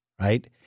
Right